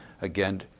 again